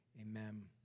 Amen